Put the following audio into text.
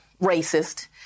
racist